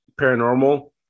Paranormal